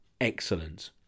excellent